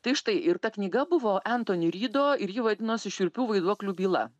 tai štai ir ta knyga buvo entoni rydo ir ji vadinosi šiurpių vaiduoklių byla